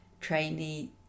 trainee